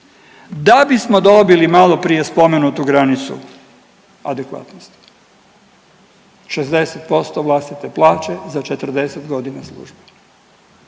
da bismo dobili maloprije spomenutu granicu adekvatnosti 60% vlastite plaće za 40 godina službe.